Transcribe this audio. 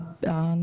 כמו שאמרנו,